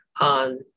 on